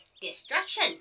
destruction